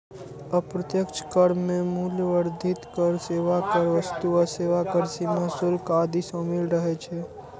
अप्रत्यक्ष कर मे मूल्य वर्धित कर, सेवा कर, वस्तु आ सेवा कर, सीमा शुल्क आदि शामिल रहै छै